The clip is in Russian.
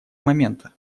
момента